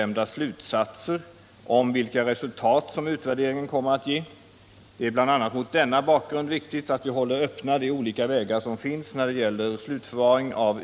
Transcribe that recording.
Kan statsrådet stödja sig på något regeringsbeslut när statsrådet nu för fram nya krav på vad Vattenfalls ansökan att få ta Ringhals 3 i drift skall innehålla? 2.